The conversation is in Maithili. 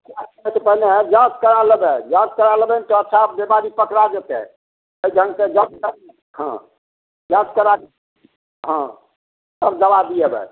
सबसे पहिने अहाँ जाँच करा लेबै जाँच करा लेबै ने तऽ सब बेमारी पकड़ा जेतै एहि ढङ्ग से जाँच करा हँ तब दबा दिएबै